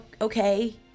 okay